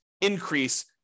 increase